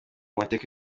mateka